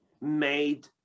made